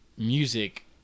music